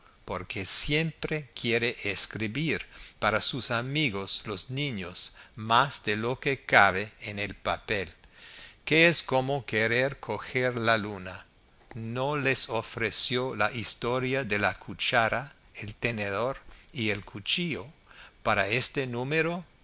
porque siempre quiere escribir para sus amigos los niños más de lo que cabe en el papel que es como querer coger la luna no les ofreció la historia de la cuchara el tenedor y el cuchillo para este número